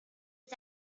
was